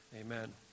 Amen